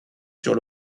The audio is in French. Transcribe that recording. sur